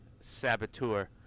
Saboteur